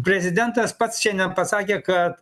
prezidentas pats šiandien pasakė kad